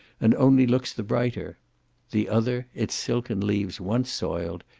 and only looks the brighter the other, its silken leaves once soiled,